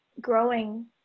growing